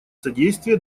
содействие